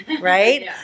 right